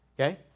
Okay